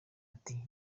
ati